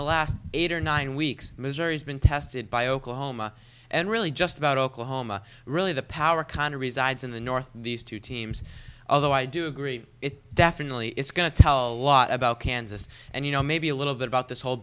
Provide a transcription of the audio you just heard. the last eight or nine weeks missouri's been tested by oklahoma and really just about oklahoma really the power kind of resides in the north these two teams although i do agree it definitely is going to tell lot about kansas and you know maybe a little bit about this whole